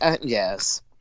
yes